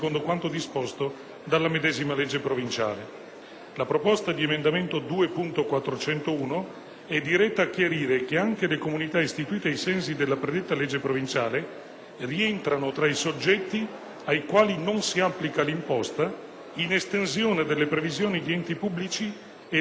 La proposta di emendamento 2.401 è diretta a chiarire che anche le comunità istituite ai sensi della predetta legge provinciale rientrano tra i soggetti ai quali non si applica l'imposta in estensione delle previsioni di enti pubblici elencati nel primo comma dell'articolo 74